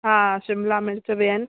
हा शिमला मिर्च बि आहिनि